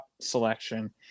selection